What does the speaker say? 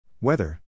Weather